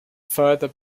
further